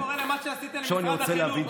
איך אתה קורא למה שעשיתם למשרד החינוך,